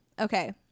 Okay